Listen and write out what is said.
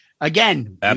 Again